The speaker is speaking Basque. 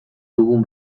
dugun